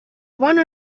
bona